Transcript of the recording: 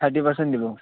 thirty percent দিব